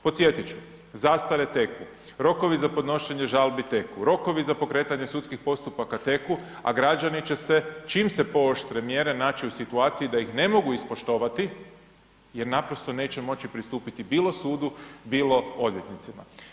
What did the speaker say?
Podsjetit ću, zastare teku, rokovi za podnošenje žalbi teku, rokovi za pokretanje sudskih postupaka teku, a građani će se čim se pooštre mjere naći u situaciji da ih ne mogu ispoštovati jer naprosto neće moći pristupiti bilo sudu, bilo odvjetnicima.